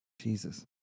Jesus